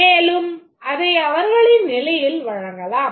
மேலும் அதை அவர்களின் நிலையில் வழங்கலாம்